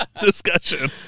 discussion